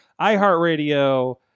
iHeartRadio